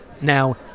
Now